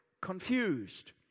confused